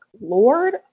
Lord